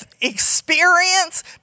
experience